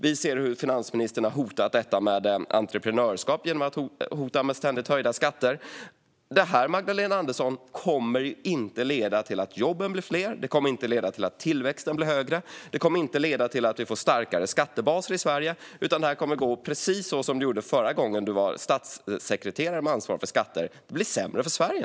Vi ser hur finansministern ständigt hotar entreprenörskap med höjda skatter. Det här, Magdalena Andersson, kommer inte att leda till att jobben blir fler. Det kommer inte att leda till att tillväxten blir högre. Det kommer inte att leda till att vi får starkare skattebaser i Sverige, utan det kommer att gå precis som det gjorde när Magdalena Andersson var statssekreterare med ansvar för skatter: Det blir sämre för Sverige.